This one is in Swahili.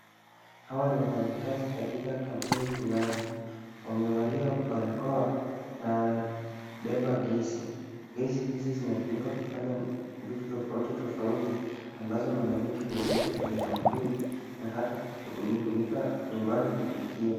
Hawa ni wafanyakazi katika kampuni fulani ,wamevalia barakoa na wanabeba gesi. Gesi hizi zinatumika kufanya vitu tofautu tofauti ambazo mara nyingi hutumika kwenye kampuni na hata hutumika nyumbani kupikia.